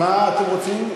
מה אתם רוצים?